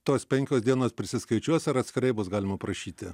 tos penkios dienos prisiskaičiuos ar atskirai bus galima prašyti